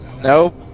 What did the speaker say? Nope